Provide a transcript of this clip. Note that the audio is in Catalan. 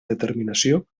determinació